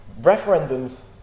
Referendums